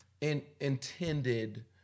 intended